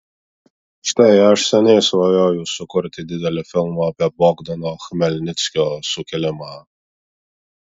štai aš seniai svajoju sukurti didelį filmą apie bogdano chmelnickio sukilimą